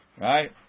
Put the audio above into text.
right